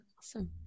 awesome